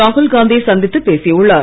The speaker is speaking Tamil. ராகுல் காந்தியை சந்தித்து பேசியுள்ளார்